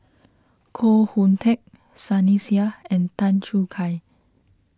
Koh Hoon Teck Sunny Sia and Tan Choo Kai